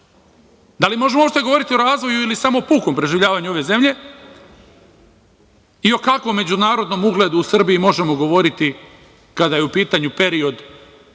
Da li možemo uopšte govoriti o razvoju ili samo pukom preživljavanju ove zemlje i o kakvom međunarodnom ugledu u Srbiji možemo govoriti kada je u pitanju period do